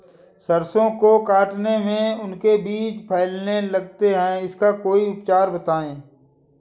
सरसो को काटने में उनके बीज फैलने लगते हैं इसका कोई उपचार बताएं?